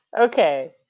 okay